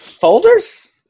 folders